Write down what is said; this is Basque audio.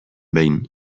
behin